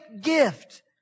gift